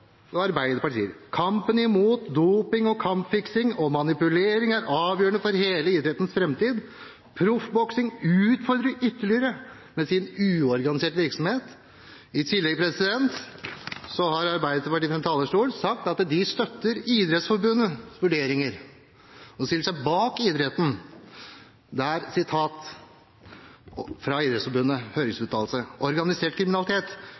tillegge Arbeiderpartiet meninger de ikke hadde. På side 4 i innstillingen – det er offentlig – står det i Arbeiderpartiets merknader: «Kampen imot doping og kampfiksing og -manipulering er avgjørende for hele idrettens framtid. Proffboksing utfordrer ytterligere med sin uorganiserte virksomhet.» I tillegg har Arbeiderpartiet sagt fra talerstolen at de støtter Idrettsforbundets vurderinger og stiller seg bak idretten.